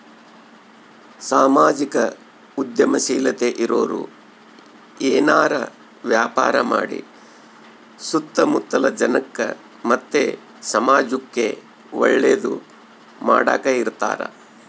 ಸಾಮಾಜಿಕ ಉದ್ಯಮಶೀಲತೆ ಇರೋರು ಏನಾರ ವ್ಯಾಪಾರ ಮಾಡಿ ಸುತ್ತ ಮುತ್ತಲ ಜನಕ್ಕ ಮತ್ತೆ ಸಮಾಜುಕ್ಕೆ ಒಳ್ಳೇದು ಮಾಡಕ ಇರತಾರ